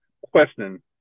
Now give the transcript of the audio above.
question